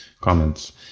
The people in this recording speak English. comments